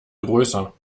größer